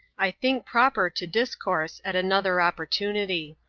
i think proper to discourse at another opportunity.